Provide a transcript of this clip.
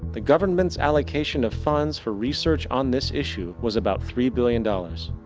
the government's allocation of funds for research on this issue was about three billion dollars.